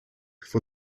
for